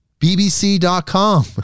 bbc.com